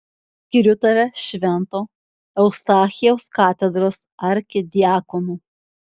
skiriu tave švento eustachijaus katedros arkidiakonu